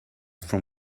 from